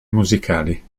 musicali